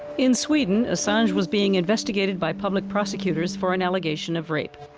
in sweden, assange was being investigated by public prosecutors for an allegation of rape.